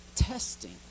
testing